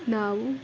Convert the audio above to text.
ನಾವು